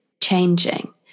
changing